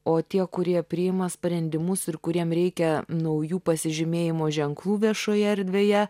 o tie kurie priima sprendimus ir kuriem reikia naujų pasižymėjimo ženklų viešoje erdvėje